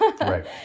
Right